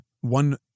one